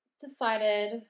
decided